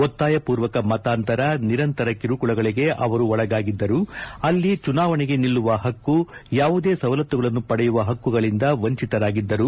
ಒತ್ತಾಯ ಪೂರ್ವಕ ಮತಾಂತರ ನಿರಂತರ ಕಿರುಕುಳಗಳಿಗೆ ಅವರು ಒಳಗಾಗಿದ್ದರು ಅಲ್ಲಿ ಚುನಾವಣೆಗೆ ನಿಲ್ಲುವ ಹಕ್ಕು ಯಾವುದೇ ಸವಲತ್ತುಗಳನ್ನು ಪಡೆಯುವ ಪಕ್ಕುಗಳಿಂದ ವಂಚಿತರಾಗಿದ್ದರು